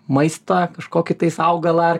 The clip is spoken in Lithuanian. maistą kažkokį tais augalą